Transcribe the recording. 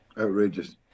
Outrageous